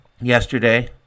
yesterday